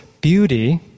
beauty